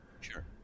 Sure